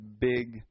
big